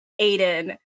Aiden